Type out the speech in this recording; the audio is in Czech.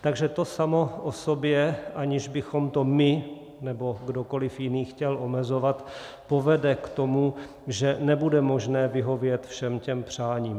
Takže to samo o sobě, aniž bychom to my nebo kdokoli jiný chtěl omezovat, povede k tomu, že nebude možné vyhovět všem těm přáním.